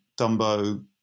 Dumbo